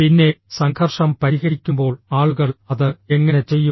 പിന്നെ സംഘർഷം പരിഹരിക്കുമ്പോൾ ആളുകൾ അത് എങ്ങനെ ചെയ്യും